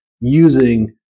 using